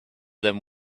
them